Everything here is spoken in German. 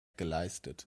geleistet